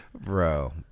bro